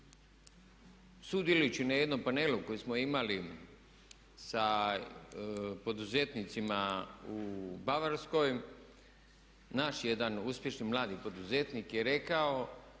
Sudjelujući na jednom panelu koji smo imali sa poduzetnicima u Bavarskoj naš jedan uspješni mladi poduzetnik je rekao